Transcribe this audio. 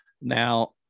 Now